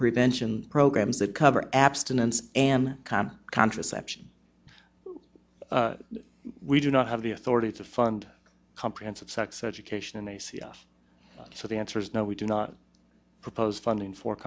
prevention programs that cover abstinence and com contraception we do not have the authority to fund comprehensive sex education in a c f so the answer is no we do not propose funding for